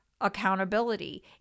accountability